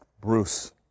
Bruce